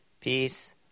peace